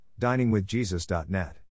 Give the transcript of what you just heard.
DiningWithJesus.net